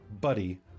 buddy